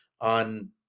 on